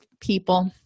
people